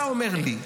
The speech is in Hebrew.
אתה אומר לי: